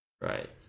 Right